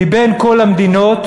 מבין כל המדינות,